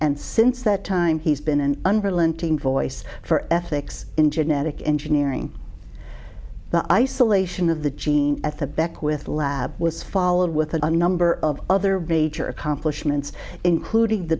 and since that time he's been an unrelenting voice for ethics in genetic engineering the isolation of the gene at the beck with lab was followed with a number of other beacher accomplishments including the